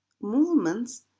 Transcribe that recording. Movements